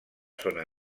zona